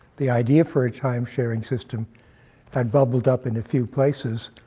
the idea for a time-sharing system had bubbled up in a few places,